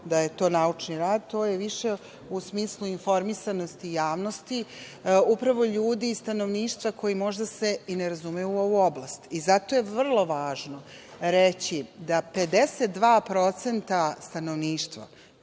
da je to naučni rad, to je višu smislu informisanosti javnosti, upravo ljudi i stanovništva koje se možda i ne razumeju u ovu oblast. Zato je vrlo važno reći da 52% stanovništva